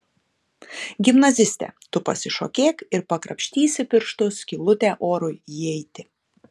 gimnaziste tu pasišokėk ir prakrapštysi pirštu skylutę orui įeiti